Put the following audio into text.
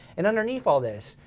and underneath all this,